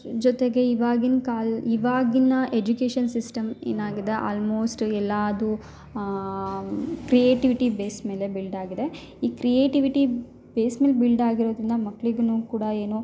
ಜೊ ಜೊತೆಗೆ ಇವಾಗಿನ ಕಾಲ ಇವಾಗಿನ ಎಜುಕೇಷನ್ ಸಿಸ್ಟಮ್ ಏನಾಗಿದೆ ಆಲ್ಮೋಸ್ಟ್ ಎಲ್ಲಾದು ಕ್ರಿಯೆಟಿವಿಟಿ ಬೇಸ್ ಮೇಲೆ ಬಿಲ್ಡ್ ಆಗಿದೆ ಈ ಕ್ರಿಯೆಟಿವಿಟಿ ಬೇಸ್ ಮೇಲೆ ಬಿಲ್ಡ್ ಆಗಿರೋದರಿಂದ ಮಕ್ಕಳಿಗೂನು ಕೂಡ ಏನು